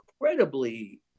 incredibly